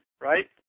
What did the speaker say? right